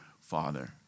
Father